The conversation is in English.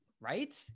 Right